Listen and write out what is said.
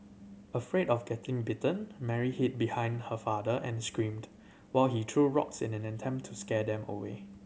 afraid of getting bitten Mary hid behind her father and screamed while he threw rocks in an attempt to scare them away